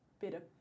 better